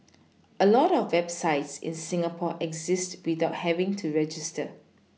a lot of websites in Singapore exist without having to register